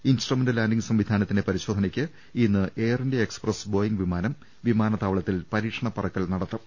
instrument landing സംവിധാനത്തിന്റെ പരിശോധനയ്ക്ക് ഇന്ന് എയർ ഇന്ത്യ എക്സ്പ്രസ് ബോയിങ് വിമാനം വിമാനത്താവളത്തിൽ പരീക്ഷണപ്പറക്കൽ നടത്തും